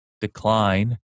decline